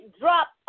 drop